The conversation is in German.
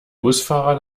busfahrer